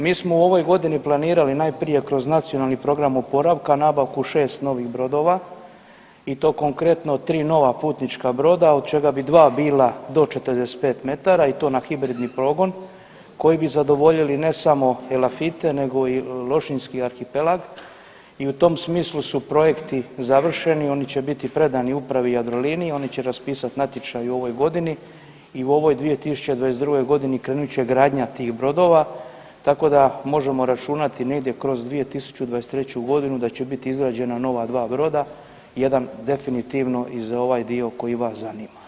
Mi smo u ovoj godini planirali najprije kroz NPO nabavku šest novih brodova i to konkretno tri nova putnička broda od čega bi dva bila do 45 metara i to na hibridni pogon koji bi zadovoljili ne samo Elafite nego i Lošinjski arhipelag i u tom smislu su projekti završeni i oni će biti predani Upravi Jadrolinije, oni će raspisati natječaj u ovoj godini i u ovoj 2022.g. krenut će gradnja tih brodova, tako da možemo računati negdje kroz 2023.g. da će biti izrađena nova dva broda, jedan definitivno i za ovaj dio koji vas zanima.